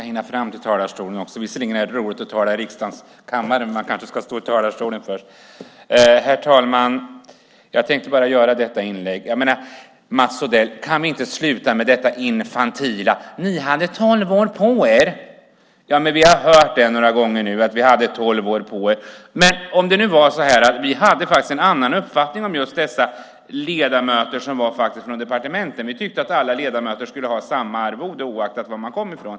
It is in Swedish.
Herr talman! Jag tänker göra bara detta inlägg. Mats Odell, kan ni inte sluta med det infantila: Ni hade tolv år på er. Vi har hört det några gånger nu, att vi hade tolv år på oss. Vi hade faktiskt en annan uppfattning om just dessa ledamöter som var från departementen. Vi tyckte att alla ledamöter skulle ha samma arvode oavsett var de kom ifrån.